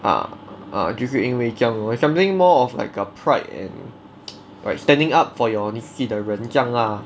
ah 就是因为这样 lor it is something more of like a pride and by standing up for your 你自己的人这样 lah